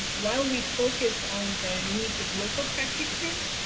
while we focus on the needs of local practitioners,